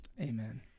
amen